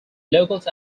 locals